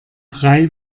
drei